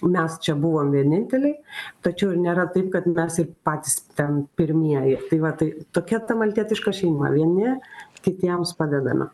mes čia buvom vieninteliai tačiau ir nėra taip kad mes ir patys ten pirmieji tai va tai tokia ta maltietiška šeima vieni kitiems padedame